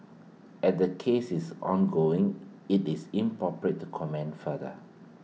as the case is ongoing IT is inappropriate to comment further